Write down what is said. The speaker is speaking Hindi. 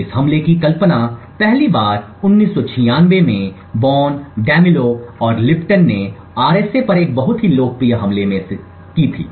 इस हमले की कल्पना पहली बार 1996 में बोन डेमिल्लो और Lipton Boneh Demillo and Lipton ने आरएसए पर एक बहुत ही लोकप्रिय हमले में की थी